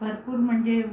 भरपूर म्हणजे